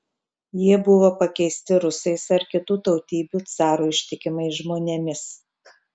jie buvo pakeisti rusais ar kitų tautybių carui ištikimais žmonėmis